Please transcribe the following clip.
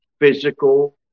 physical